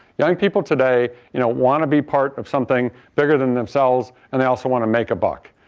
young people today you know want to be part of something bigger than themselves and they also want to make a buck.